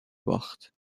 باخت